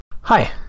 Hi